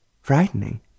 Frightening